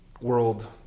world